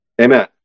Amen